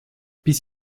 bis